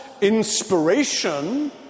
inspiration